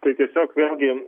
tai tiesiog vėlgi